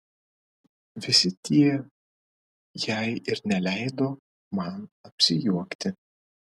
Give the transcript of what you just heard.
visi tie jei ir neleido man apsijuokti